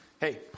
hey